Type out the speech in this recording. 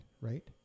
right